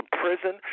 prison